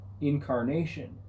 incarnation